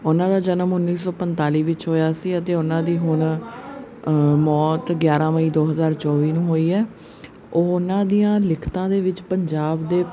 ਉਹਨਾਂ ਦਾ ਜਨਮ ਉੱਨੀ ਸੌ ਪੰਤਾਲੀ ਵਿੱਚ ਹੋਇਆ ਸੀ ਅਤੇ ਉਹਨਾਂ ਦੀ ਹੁਣ ਮੌਤ ਗਿਆਰ੍ਹਾਂ ਮਈ ਦੋ ਹਜ਼ਾਰ ਚੌਵੀ ਨੂੰ ਹੋਈ ਹੈ ਉਹਨਾਂ ਦੀਆਂ ਲਿਖਤਾਂ ਦੇ ਵਿੱਚ ਪੰਜਾਬ ਦੇ